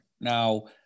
Now